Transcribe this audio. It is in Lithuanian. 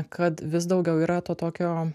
kad vis daugiau yra to tokio